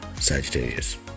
Sagittarius